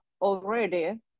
already